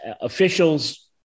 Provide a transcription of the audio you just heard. officials